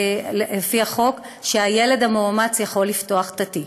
לפי החוק, שהילד המאומץ יכול לפתוח את התיק.